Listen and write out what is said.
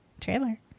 trailer